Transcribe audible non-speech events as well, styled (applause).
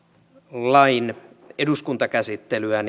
lain eduskuntakäsittelyä (unintelligible)